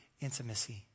intimacy